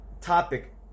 topic